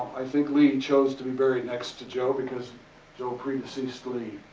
i think lee and chose to be buried next to joe because joe pre-deceased lee.